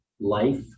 life